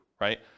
right